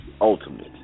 Ultimate